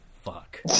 fuck